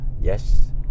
Yes